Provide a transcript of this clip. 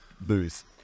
booth